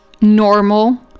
normal